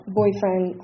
boyfriend